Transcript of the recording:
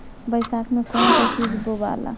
बैसाख मे कौन चीज बोवाला?